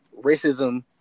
racism